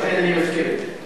לכן אני מזכיר את זה.